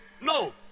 No